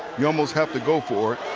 you almost have to go for it.